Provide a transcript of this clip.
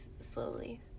slowly